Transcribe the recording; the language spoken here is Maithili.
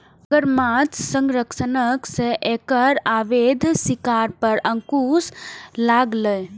मगरमच्छ संरक्षणक सं एकर अवैध शिकार पर अंकुश लागलैए